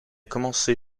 commencé